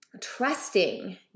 trusting